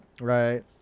Right